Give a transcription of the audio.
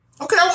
Okay